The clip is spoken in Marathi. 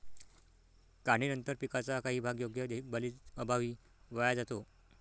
काढणीनंतर पिकाचा काही भाग योग्य देखभालीअभावी वाया जातो